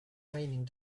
raining